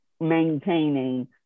maintaining